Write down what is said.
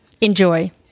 Enjoy